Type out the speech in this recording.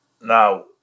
now